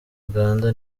uganda